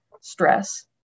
stress